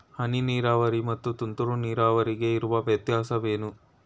ಹನಿ ನೀರಾವರಿ ಮತ್ತು ತುಂತುರು ನೀರಾವರಿಗೆ ಇರುವ ವ್ಯತ್ಯಾಸವೇನು?